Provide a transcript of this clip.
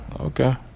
Okay